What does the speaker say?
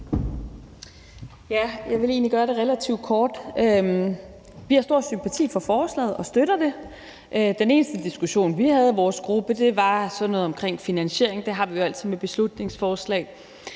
Jeg vil egentlig gøre det relativt kort. Vi har stor sympati for forslaget og støtter det. Den eneste diskussion, vi havde i vores gruppe, var sådan noget omkring finansiering, og det har vi jo altid med beslutningsforslag,